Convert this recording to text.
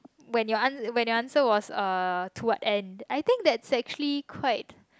when your an~ when your answer is uh to what end I think that's actually quite